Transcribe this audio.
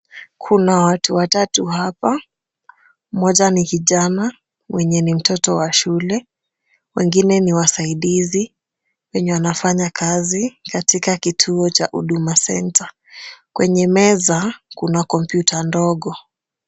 Kuna watu watatu hapa, mmoja ni kijana mwenye ni mtoto wa shule wengine ni wasaidizi wenye wanafanya kazi katika kituo cha Huduma Centre. Kwenye meza kuna kompyuta ndogo.